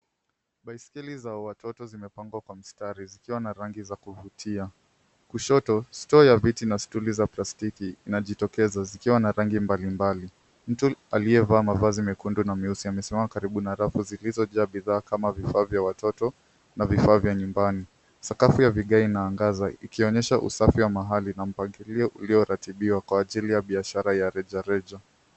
Baiskeli za watoto zimepangwa kwa mstari zikiwa na rangi za kuvutia. Kushoto stoo ya viti na stuli za plastiki inajitokeza zikiwa na rangi mbalimbali. Mtu aliyevaa mavazi mekundu na meusi amesimama karibu na rafu zilizojaa kama vifaa vya watoto na vifaa vya nyumbani. Sakafu ya vigae inaangaza ikionyesha usafi wa mahali na mpangilio ulioratibiwa kwa ajili ya biashara ya rejareja.